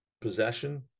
possession